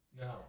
No